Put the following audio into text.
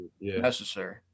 Necessary